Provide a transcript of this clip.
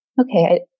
okay